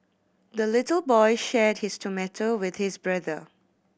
the little boy shared his tomato with his brother